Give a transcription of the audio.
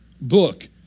book